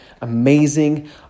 amazing